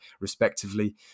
respectively